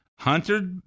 Hunter